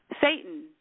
Satan